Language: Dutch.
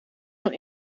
van